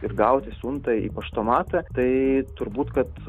ir gauti siuntą į paštomatą tai turbūt kad